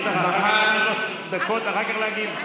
יש לך שלוש דקות אחר כך להגיב.